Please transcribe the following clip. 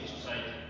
society